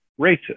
racist